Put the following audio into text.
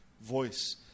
voice